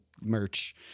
merch